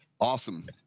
Awesome